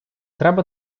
треба